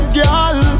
girl